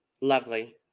Lovely